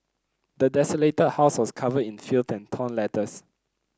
the desolated house was covered in filth and torn letters